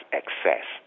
excess